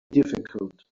difficult